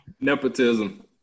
Nepotism